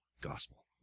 gospel